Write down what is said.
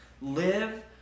Live